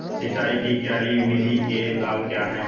सिंचाई की क्यारी विधि के लाभ क्या हैं?